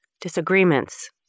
disagreements